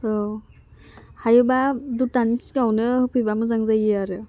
औ हायोबा दुथानि सिगाङावनो होफैबा मोजां जायोमोन आरो